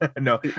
No